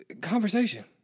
Conversation